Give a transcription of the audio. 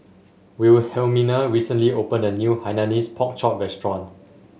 Wilhelmina recently opened a new Hainanese Pork Chop restaurant